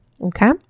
Okay